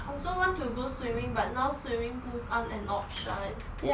I also want to go swimming but now swimming pools aren't an option